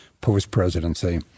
post-presidency